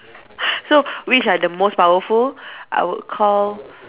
so which are the most powerful I would call